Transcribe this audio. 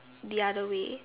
the other way